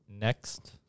next